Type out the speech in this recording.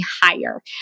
higher